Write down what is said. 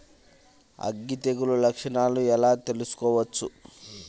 అగ్గి తెగులు లక్షణాలను ఎలా తెలుసుకోవచ్చు?